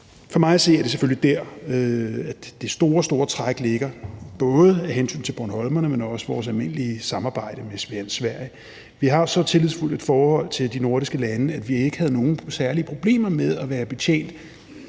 for mig at se er det selvfølgelig der, hvor det store, store træk ligger, både af hensyn til bornholmerne, men også vores almindelige samarbejde med Sverige. Vi har så tillidsfuldt et forhold til de nordiske lande, at vi ikke havde nogen særlige problemer med at være betjent